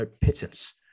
pittance